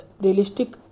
realistic